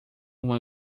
uma